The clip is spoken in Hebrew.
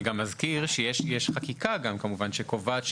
אני גם מזכיר שיש חקיקה שקובעת,